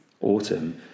autumn